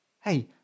Hey